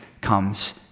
comes